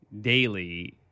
daily